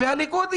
והליכוד יאללה,